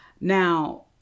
Now